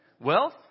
wealth